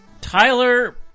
Tyler